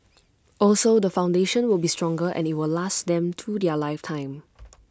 also the foundation will be stronger and IT will last them through their lifetime